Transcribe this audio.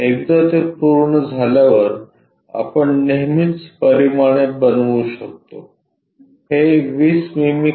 एकदा ते पूर्ण झाल्यावर आपण नेहमीच परिमाणे बनवू शकतो हे 20 मिमी